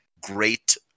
Great